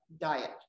diet